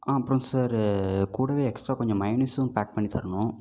ஆ அப்புறம் சார் கூடவே எக்ஸ்ட்ரா கொஞ்சம் மைனிஸ்ஸும் பேக் பண்ணி தரணும்